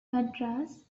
madras